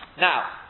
Now